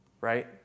right